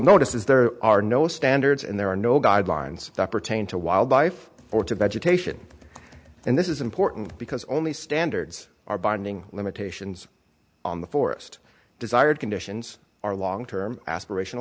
notice is there are no standards and there are no guidelines that pertain to wildlife or to vegetation and this is important because only standards are binding limitations on the forest desired conditions are long term aspiration